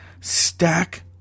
stack